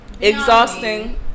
exhausting